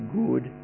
good